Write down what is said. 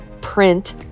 print